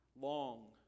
long